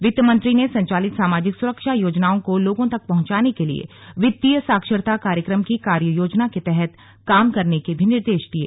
वित्त मंत्री ने संचालित समाजिक सुरक्षा योजनाओं को लोगों तक पहंचाने के लिए वित्तीय साक्षरता कार्यक्रम की कार्ययोजना के तहत काम करने के भी निर्देश दिये